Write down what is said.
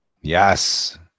Yes